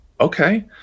okay